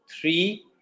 three